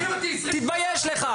תתבייש לך.